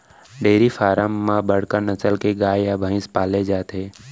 dairy farm म बड़का नसल के गाय या भईंस पाले जाथे